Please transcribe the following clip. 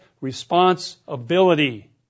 responsibility